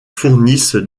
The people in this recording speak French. fournissent